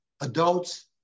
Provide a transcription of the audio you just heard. adults